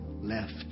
left